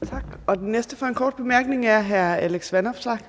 Kl. 17:29 Fjerde næstformand (Trine Torp): Tak. Den næste for en kort bemærkning er hr. Alex Vanopslagh.